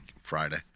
Friday